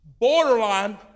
borderline